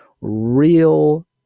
real